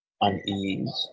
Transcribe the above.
unease